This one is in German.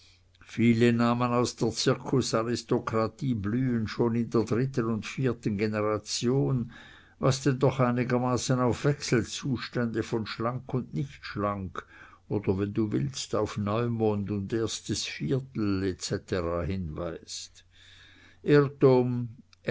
viele namen aus der zirkusaristokratie blühen schon in der dritten und vierten generation was denn doch einigermaßen auf wechselzustände von schlank und nicht schlank oder wenn du willst auf neumond und erstes viertel etc hinweist irrtum